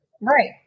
Right